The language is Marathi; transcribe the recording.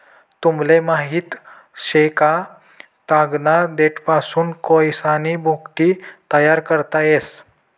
तुमले माहित शे का, तागना देठपासून कोयसानी भुकटी तयार करता येस